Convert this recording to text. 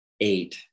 eight